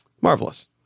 Marvelous